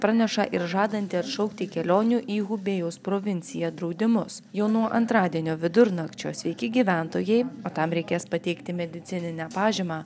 praneša ir žadanti atšaukti kelionių į hubėjaus provinciją draudimus jau nuo antradienio vidurnakčio sveiki gyventojai o tam reikės pateikti medicininę pažymą